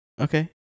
Okay